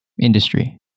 industry